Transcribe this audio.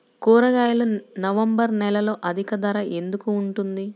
కూరగాయలు నవంబర్ నెలలో అధిక ధర ఎందుకు ఉంటుంది?